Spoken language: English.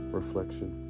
reflection